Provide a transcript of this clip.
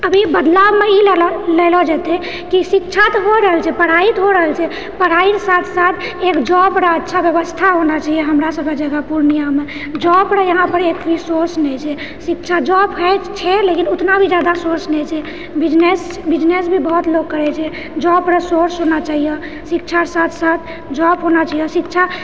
अभी बदलावमे ई लेलो लेलो जतए कि शिक्षा तऽ भए रहलो छै पढ़ाइ तऽ भए रहलो छै पढ़ाइ साथ साथ एक जॉब लऽ अच्छा व्यवस्था होना चाहिए हमरा सभक जगह पूर्णियाँमे जॉब रऽ यहाँ पर एक भी सोर्स नहि छै शिक्षा जॉब छै लेकिन ओतना भी जादा सोर्स नहि छै बिजनेस बिजनेस भी बहुत लोक करैत छै जॉब रो सोर्स होना चाहिए शिक्षा साथ साथ जॉब होना चाहिए शिक्षा